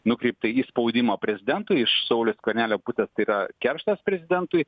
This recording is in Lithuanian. nukreipta į spaudimą prezidentui iš sauliaus skvernelio pusės tai yra kerštas prezidentui